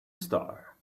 star